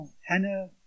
Hannah